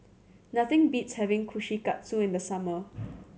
nothing beats having Kushikatsu in the summer